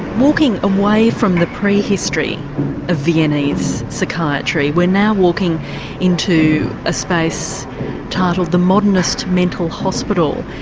walking away from the prehistory of viennese psychiatry we're now walking into a space titled the modernist mental hospital